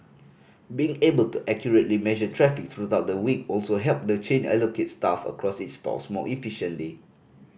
being able to accurately measure traffic throughout the week also helped the chain allocate staff across its stores more efficiently